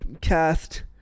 cast